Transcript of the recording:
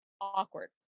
awkward